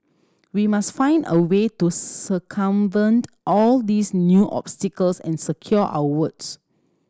we must find a way to circumvent all these new obstacles and secure our votes